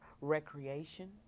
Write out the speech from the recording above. recreation